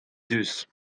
deus